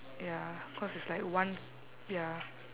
ya cause it's like one ya